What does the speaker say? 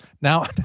now